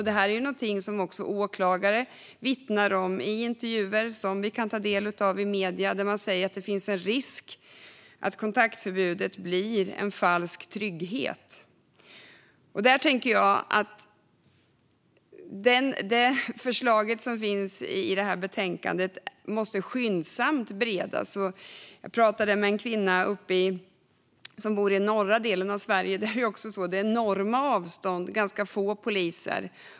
Det här är något som också åklagare vittnar om i intervjuer som vi kan ta del av i medierna. Man säger att det finns en risk för att kontaktförbudet blir en falsk trygghet. Här tycker jag att det förslag som finns i betänkandet måste beredas skyndsamt. Jag pratade med en kvinna som bor i norra delen av Sverige, där det är enorma avstånd och ganska få poliser.